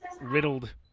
riddled